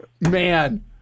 Man